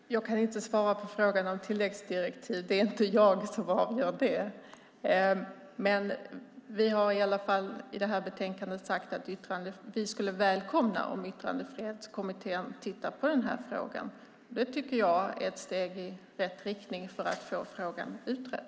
Herr talman! Jag kan inte svara på frågan om tilläggsdirektiv. Det är inte jag som avgör det. Vi har i alla fall i detta betänkande sagt att vi skulle välkomna om Yttrandefrihetskommittén tittar på frågan. Det tycker jag är ett steg i rätt riktning för att få frågan utredd.